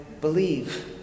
believe